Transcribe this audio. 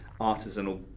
artisanal